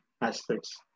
aspects